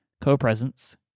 Co-Presence